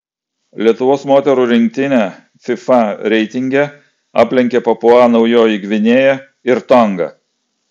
lietuvos moterų rinktinę fifa reitinge aplenkė papua naujoji gvinėja ir tonga